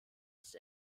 ist